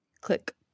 Click